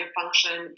function